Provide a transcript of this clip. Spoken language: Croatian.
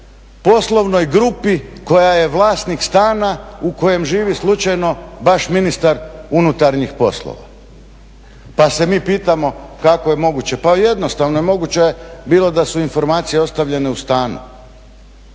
poslovnoj grupi koja je vlasnik stana u kojem živi slučajno baš ministar unutarnjih poslova. Pa se mi pitamo kako je moguće? Pa jednostavno je moguće bilo da su informacije ostavljene u stanu.